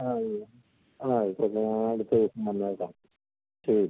അതെ ആ ഇപ്പം ഞാൻ അടുത്ത് ദിവസം വന്നേക്കാം ശരി